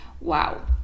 Wow